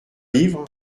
livre